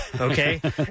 Okay